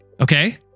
Okay